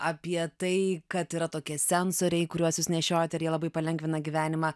apie tai kad yra tokie sensoriai kuriuos jūs nešiojate ir jie labai palengvina gyvenimą